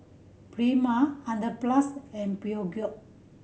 Prima Hundred Plus and Peugeot